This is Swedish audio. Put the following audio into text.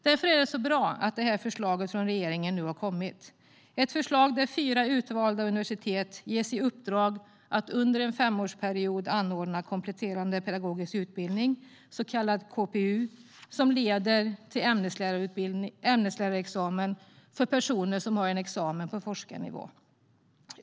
Därför är det bra att detta förslag från regeringen nu kommit - ett förslag där fyra utvalda universitet ges i uppdrag att under en femårsperiod anordna kompletterande pedagogisk utbildning, så kallad KPU, som leder till ämneslärarexamen för personer som har en examen på forskarnivå.